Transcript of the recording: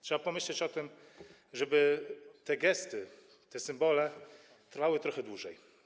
Trzeba pomyśleć o tym, żeby te gesty, te symbole trwały trochę dłużej.